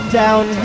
down